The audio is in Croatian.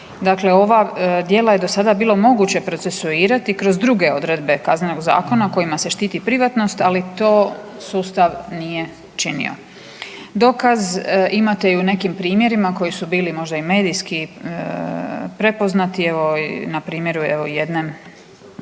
Dakle ova djela je do sada bilo moguće procesuirati kroz druge odredbe Kaznenog zakona kojima se štiti privatnost, ali to sustav nije činio. Dokaz, imate i u nekim primjerima koji su bili možda i medijski prepoznati, evo, na primjeru jedne